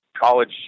college